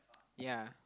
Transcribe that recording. ya